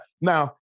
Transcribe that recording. now